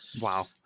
Wow